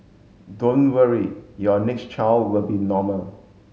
don't worry your next child will be normal